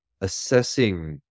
assessing